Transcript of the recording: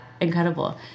Incredible